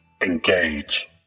Engage